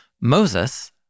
Moses